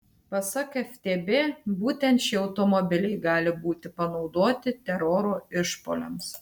pasak ftb būtent šie automobiliai gali būti panaudoti teroro išpuoliams